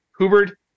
Hubbard